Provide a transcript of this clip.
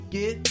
get